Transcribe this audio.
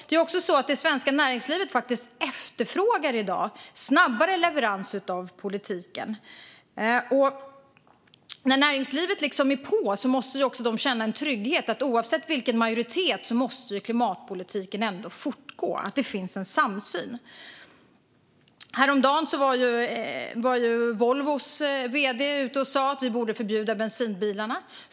Det svenska näringslivet efterfrågar i dag snabbare leverans av politiken. När näringslivet nu är på måste de känna en trygghet i att klimatpolitiken, oavsett majoritet, ändå måste fortgå och att det finns en samsyn. Häromdagen var Volvos vd ute och sa att vi borde förbjuda bensinbilarna.